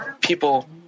people